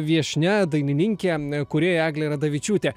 viešnia dainininkė n kūrėja eglė radavičiūtė